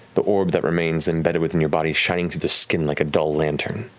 the orb that remains embedded within your body shines through the skin like a dull lantern.